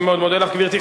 אני מאוד מודה לך, גברתי.